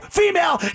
female